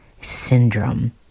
syndrome